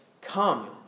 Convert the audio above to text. Come